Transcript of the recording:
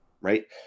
Right